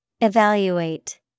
Evaluate